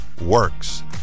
works